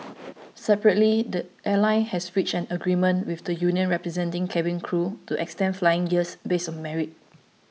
separately the airline has reached an agreement with the union representing cabin crew to extend flying years based on merit